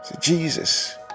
Jesus